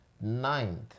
ninth